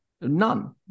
None